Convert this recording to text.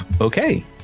okay